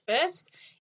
first